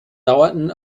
dauerten